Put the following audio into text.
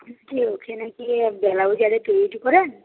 বলছি ওখানে কি ব্লাউজ তৈরি করেন